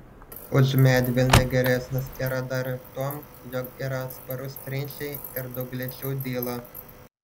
už medvilnę geresnis yra dar ir tuom jog yra atsparus trinčiai ir daug lėčiau dyla